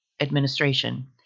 Administration